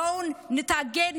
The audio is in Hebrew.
בואו נתאגד,